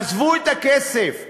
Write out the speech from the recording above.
עזבו את הכסף,